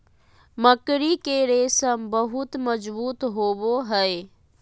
मकड़ी के रेशम बहुत मजबूत होवो हय